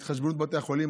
התחשבנות עם בתי החולים,